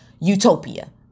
utopia